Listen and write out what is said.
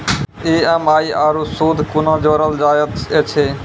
EMI आरू सूद कूना जोड़लऽ जायत ऐछि?